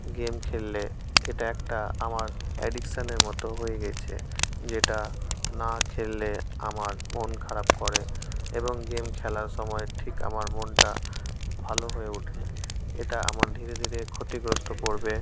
game খেললে এটা একটা আমার অ্যাডিকশানের মতো হয়ে গেছে যেটা না খেললে আমার মন খারাপ করে এবং গেম খেলার সময় ঠিক আমার মনটা ভালো হয়ে ওঠে এটা আমার ধীরে ধীরে ক্ষতিগ্রস্থ করবে